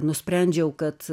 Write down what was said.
nusprendžiau kad